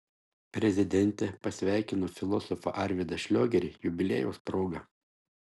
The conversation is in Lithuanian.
prezidentė pasveikino filosofą arvydą šliogerį jubiliejaus proga